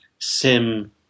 Sim